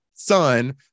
son